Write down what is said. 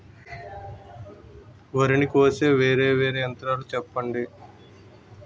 వరి ని కోసే వేరా వేరా యంత్రాలు చెప్పండి?